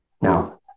Now